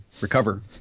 Recover